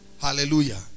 Hallelujah